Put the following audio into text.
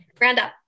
Roundup